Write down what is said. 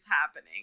happening